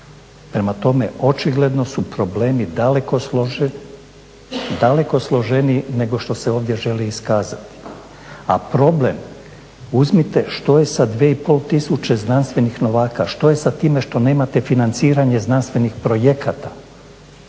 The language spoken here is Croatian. Prema tome, očigledno su problemi daleko složeniji nego što se ovdje želi iskazati. A problem, uzmite što je sa 2.5 tisuće znanstvenih novaka, što je sa time što nemate financiranje znanstvenih projekata,